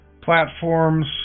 platforms